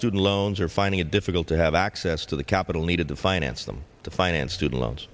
student loans are finding it difficult to have access to the capital needed to finance them to finance student loans